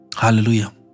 Hallelujah